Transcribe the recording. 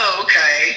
okay